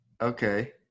Okay